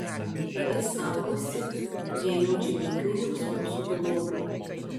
jis sakosi nejaučia jokių jausmų sugulovei